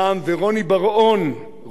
רוני בר-און ורוחמה אברהם,